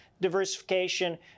diversification